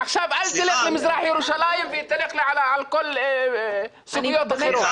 עכשיו אל תלך למזרח ירושלים ואל תלך לסוגיות אחרות.